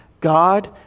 God